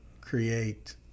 create